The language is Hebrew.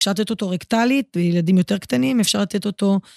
אפשר לתת אותו רקטאלית, לילדים יותר קטנים אפשר לתת אותו.